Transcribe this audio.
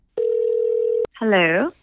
Hello